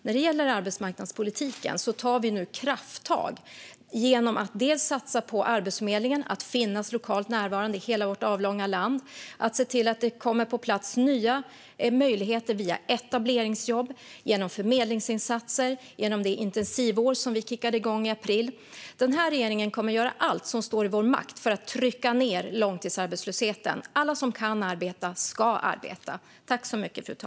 När det gäller arbetsmarknadspolitiken tar vi nu krafttag genom att satsa på att Arbetsförmedlingen ska finnas lokalt närvarande i hela vårt avlånga land och se till att nya möjligheter kommer på plats via etableringsjobb och förmedlingsinsatser och genom det intensivår som vi kickade igång i april. Den här regeringen kommer att göra allt som står i vår makt för att trycka ned långtidsarbetslösheten. Alla som kan arbeta ska arbeta.